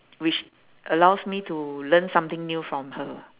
which allows me to learn something new from her